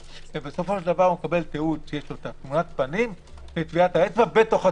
ובסופו של דבר מקבל תיעוד שיש תמונת פנים וטביעת האצבע בתוך התיעוד.